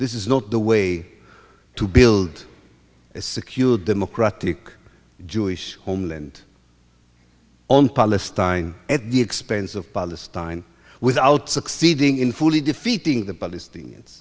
this is not the way to build a secure democratic jewish homeland on palestine at the expense of palestine without succeeding in fully defeating the palestinians